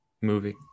movie